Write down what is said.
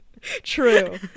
true